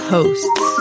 Hosts